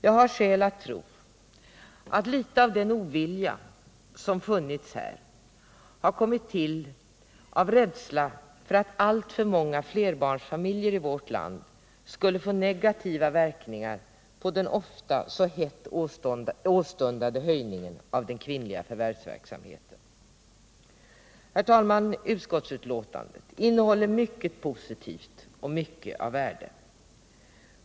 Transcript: Jag har skäl att tro att litet av den ovilja som funnits här har kommit till av rädsla för att alltför många flerbarnsfamiljer i vårt land skulle få negativa verkningar av den ofta hett åstundade höjningen av den kvinnliga förvärvsverksamheten. Herr talman! Utskottsbetänkandet innehåller mycket positivt och mycket av värde.